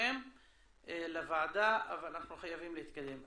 שלכם לוועדה, אבל אנחנו חייבים להתקדם.